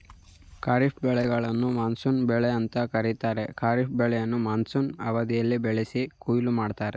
ಖಾರಿಫ್ ಬೆಳೆಗಳನ್ನು ಮಾನ್ಸೂನ್ ಬೆಳೆ ಅಂತ ಕರೀತಾರೆ ಖಾರಿಫ್ ಬೆಳೆಯನ್ನ ಮಾನ್ಸೂನ್ ಅವಧಿಯಲ್ಲಿ ಬೆಳೆಸಿ ಕೊಯ್ಲು ಮಾಡ್ತರೆ